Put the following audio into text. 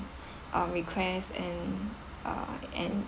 um request and uh and